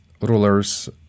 rulers